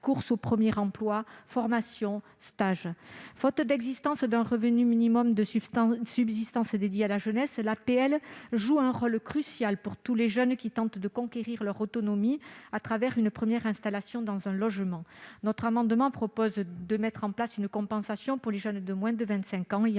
course au premier emploi, formation, stage. Faute d'un revenu minimum de subsistance dédié à la jeunesse, les APL jouent un rôle crucial pour tous les jeunes qui tentent de conquérir leur autonomie à travers une première installation dans un logement. Notre amendement tend à mettre en place une compensation pour les jeunes de moins de vingt-cinq